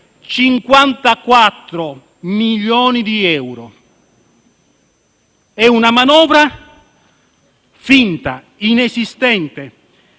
54 milioni di euro. È una manovra finta, inesistente,